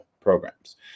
programs